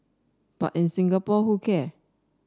but in Singapore who care